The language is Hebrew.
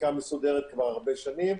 חקיקה מסודרת כבר הרבה שנים,